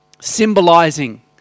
symbolizing